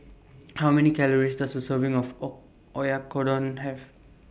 How Many Calories Does A Serving of O Oyakodon Have